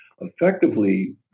Effectively